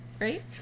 right